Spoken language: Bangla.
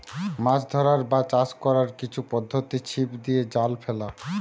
মাছ ধরার বা চাষ কোরার কিছু পদ্ধোতি ছিপ দিয়ে, জাল ফেলে